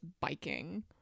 biking